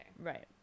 Right